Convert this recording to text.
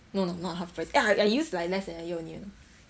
no no not half price eh I use like less than a year only you know